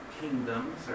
kingdoms